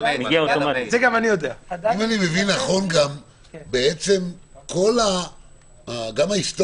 אם אני מבין נכון, אני מבין שהחלק